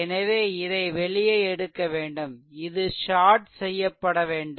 எனவே இதை வெளியே எடுக்க வேண்டும் இது ஷார்ட் செய்ய வேண்டும்